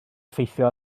effeithio